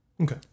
Okay